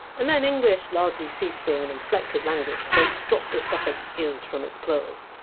and then english largely ceased being an inflected language, so dropped the suffix! iz! from its plurals,